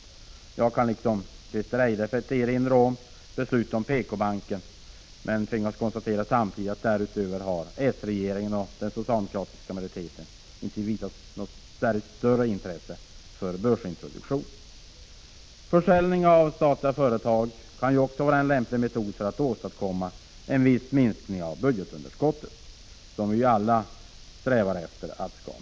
Jag kan, liksom Christer Eirefelt, erinra om beslutet om PK-banken. Men jag tvingas konstatera att s-regeringen och den socialdemokratiska riksdagsmajoriteten därutöver inte har visat något större intresse för börsintroduktion. Försäljning av statliga företag kan vara en lämplig metod också för att åstadkomma en viss minskning av budgetunderskottet, vilket vi alla strävar efter.